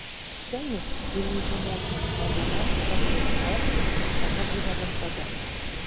senė rimydžio motina obuoliams pradėjus nokti visada būdavo sode